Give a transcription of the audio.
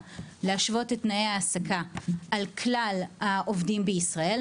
להשוות את תנאי ההעסקה על כלל העובדים בישראל,